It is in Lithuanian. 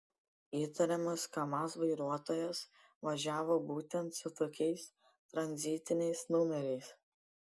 įtariamas kamaz vairuotojas važiavo būtent su tokiais tranzitiniais numeriais